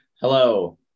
hello